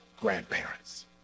grandparents